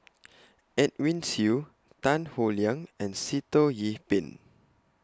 Edwin Siew Tan Howe Liang and Sitoh Yih Pin